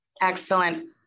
Excellent